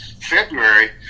February